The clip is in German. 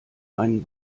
einen